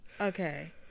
Okay